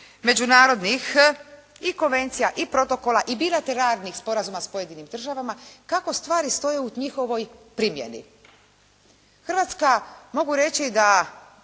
međunarodnih i konvencija, i protokola i bilateralnih sporazuma s pojedinim državama, kako stvari stoje u njihovoj primjeni. Hrvatske mogu reći da